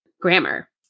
grammar